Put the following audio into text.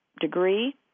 degree